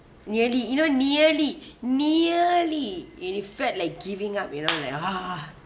nearly you know nearly nearly and you felt like giving up you know like ah